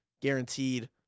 guaranteed